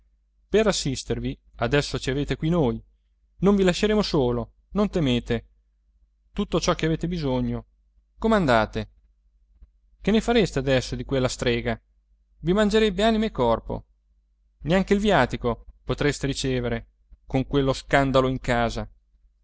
per assistervi adesso ci avete qui noi non vi lasceremo solo non temete tutto ciò che avete bisogno comandate che ne fareste adesso di quella strega i mangerebbe anima e corpo neanche il viatico potreste ricevere con quello scandalo in casa